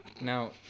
Now